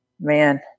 man